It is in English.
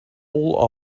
all